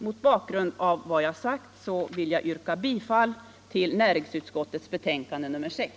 Mot bakgrund av vad jag har sagt ber jag att få yrka bifall till näringsutskottets hemställan i betänkandet 6.